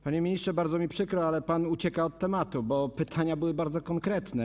Panie ministrze, bardzo mi przykro, ale pan ucieka od tematu, bo pytania były bardzo konkretne.